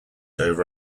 over